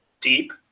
deep